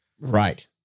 Right